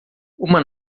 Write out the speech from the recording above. uma